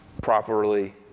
properly